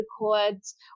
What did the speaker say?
records